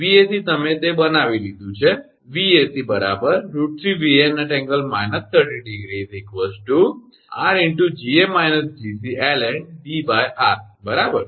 તેથી 𝑉𝑎𝑐 તમે તે બનાવી લીધું છે V𝑉𝑎𝑐 √3𝑉𝑎𝑛∠−30° 𝑟𝐺𝑎−𝐺𝑐ln𝐷𝑟 બરાબર